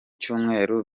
cyumweru